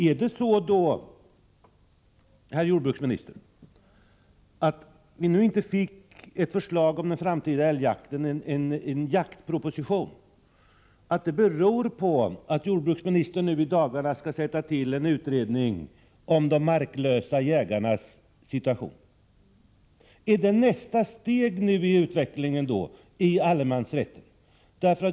Är det så, herr jordbruksminister, att vi nu inte fick ett förslag om den framtida älgjakten — en jaktproposition — på grund av att jordbruksministern i dagarna skall tillsätta en utredning om de marklösa jägarnas situation? Är detta nästa steg i utvecklingen av allemansrätten?